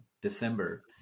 December